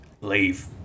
Leave